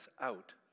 out